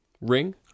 ring